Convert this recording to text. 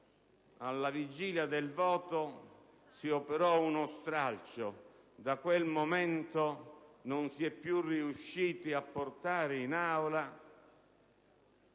alla vigilia del voto, si operò un stralcio; da quel momento non si è riusciti a portare in Aula